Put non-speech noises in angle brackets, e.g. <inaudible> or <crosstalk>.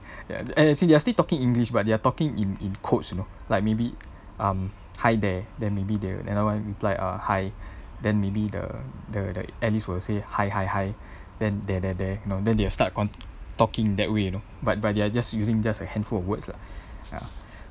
and and they are still talking english but they're talking in in codes you know like maybe um hi there then maybe they will another reply uh hi <breath> then maybe the the the alice will say hi hi hi <breath> then they're they're they're know then they will start con~ talking that way you know but but they're just using just a handful of words lah ya